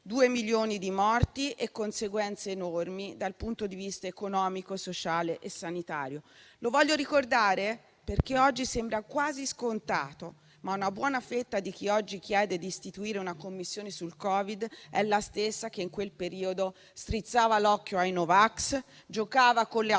due milioni di morti e conseguenze enormi dal punto di vista economico, sociale e sanitario. Lo voglio ricordare, perché oggi sembra quasi scontato, ma una buona fetta di chi oggi chiede di istituire una Commissione sul Covid è la stessa che in quel periodo strizzava l'occhio ai no vax, giocava con le aperture